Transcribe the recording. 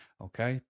Okay